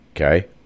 okay